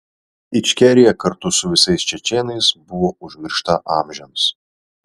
ičkerija kartu su visais čečėnais buvo užmiršta amžiams